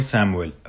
Samuel